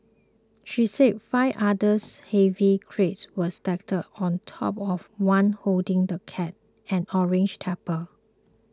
she said five others heavy crates were stacked on top of the one holding the cat an orange tab